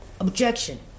Objection